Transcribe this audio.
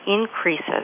increases